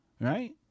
right